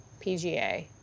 pga